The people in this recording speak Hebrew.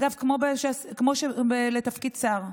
אגב, כמו לתפקיד שר,